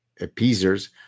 appeasers